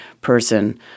person